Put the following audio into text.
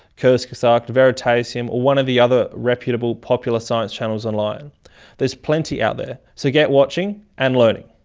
kurzgesagt, veritasium or one of the other reputable, popular science channels online there's plenty out there, so get watching and learning!